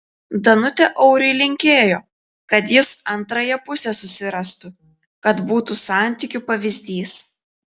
danutė auriui linkėjo kad jis antrąją pusę susirastų kad būtų santykių pavyzdys